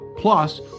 Plus